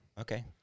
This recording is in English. Okay